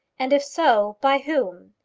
and if so, by whom?